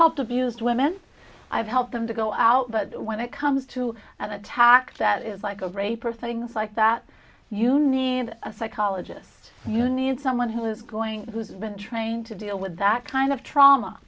helped abused women i've helped them to go out but when it comes to an attack that is like a rape or things like that you need a psychologist you need someone who's going been trained to deal with that kind of trauma